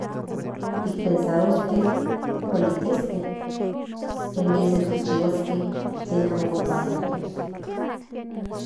Tikpensaroske kuali tieske en ves de pensaroske tlen amo konpaktia in dios